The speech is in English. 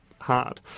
hard